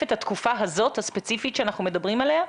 את התקופה הזאת הספציפית שאנחנו מדברים עליה?